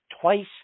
twice